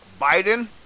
Biden